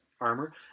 armor